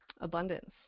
abundance